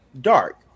dark